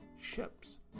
ships